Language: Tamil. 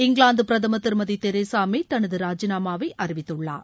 இங்கிலாந்து பிரதமர் திருமதி தெரசா மே தனது ராஜினாமாவை அறிவித்துள்ளார்